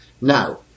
Now